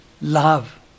love